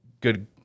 good